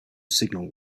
signal